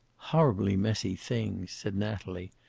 horribly messy things, said natalie,